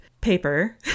paper